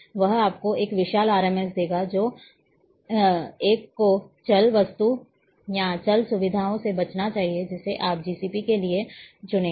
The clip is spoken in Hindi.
यह आपको एक विशाल RMS देगा एक को चल वस्तु या चल सुविधाओं से बचना चाहिए जिसे आप GCP के लिए चुनेंगे